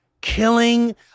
killing